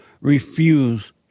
refuse